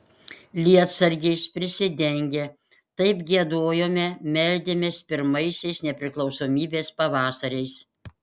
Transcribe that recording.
lietsargiais prisidengę taip giedojome meldėmės pirmaisiais nepriklausomybės pavasariais